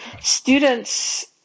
students